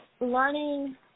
learning